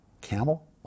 camel